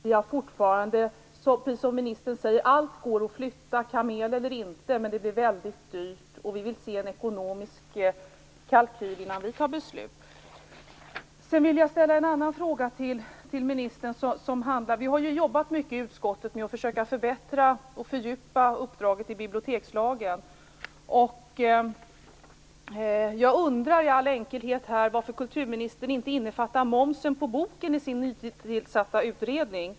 Allt går att flytta, som ministern säger, kamel eller inte, men det blir väldigt dyrt, och vi vill se en ekonomisk kalkyl innan vi fattar beslut. Jag vill också ställa en annan fråga till ministern. Vi har ju i utskottet jobbat mycket med att försöka förbättra och fördjupa uppdraget när det gäller bibliotekslagen, och jag undrar i all enkelhet varför kulturministern inte innefattar momsen på boken i sin nytillsatta utredning.